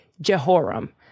Jehoram